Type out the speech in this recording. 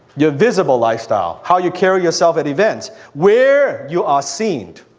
your visible lifestyle, how you carry yourself at events, where you are seen,